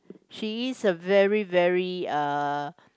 she is a very very uh